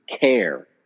care